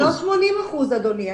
גם לא 80 אחוזים אדוני.